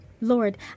Lord